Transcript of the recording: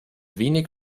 wenig